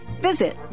visit